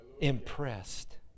impressed